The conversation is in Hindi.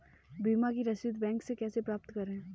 बीमा की रसीद बैंक से कैसे प्राप्त करें?